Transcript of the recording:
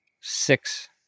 six